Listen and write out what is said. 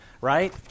right